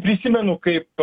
prisimenu kaip